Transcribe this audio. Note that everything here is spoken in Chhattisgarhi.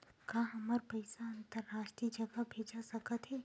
का हमर पईसा अंतरराष्ट्रीय जगह भेजा सकत हे?